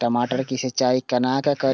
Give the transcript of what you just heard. टमाटर की सीचाई केना करी?